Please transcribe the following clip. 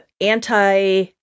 anti